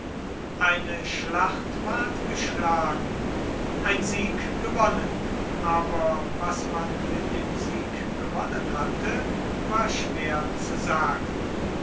eine schlacht ward geschlagen ein sieg gewonnen aber was man mit dem sieg gewonnen hatte war schwer zu sagen